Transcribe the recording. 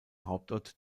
hauptort